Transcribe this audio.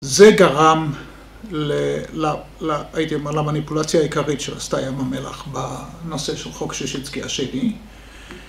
זה גרם, הייתי אומר, למניפולציה העיקרית שעשתה ים המלח בנושא של חוק שישינסקי השני.